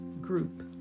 group